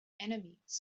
enemies